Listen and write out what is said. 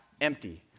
empty